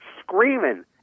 screaming